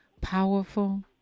powerful